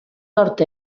nord